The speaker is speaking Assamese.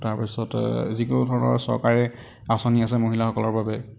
তাৰপিছতে যিকোনো ধৰণৰ চৰকাৰী আঁচনি আছে মহিলাসকলৰ বাবে